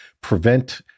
prevent